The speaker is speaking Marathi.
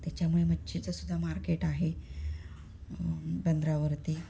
त्याच्यामुळे मच्छीचं सुद्धा मार्केट आहे बंदरावरती